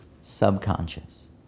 subconscious